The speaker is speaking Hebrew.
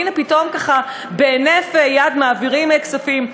והנה פתאום ככה בהינף יד מעבירים כספים.